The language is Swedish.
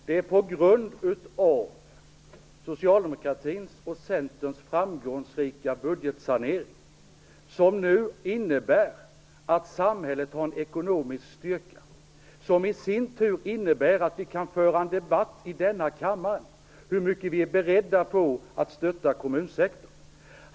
Herr talman! Det är på grund av socialdemokratins och Centerns framgångsrika budgetsanering som samhället nu har en sådan ekonomisk styrka att vi kan föra en debatt i denna kammare om hur mycket vi är beredda att stödja kommunsektorn med.